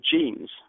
genes